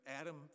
Adam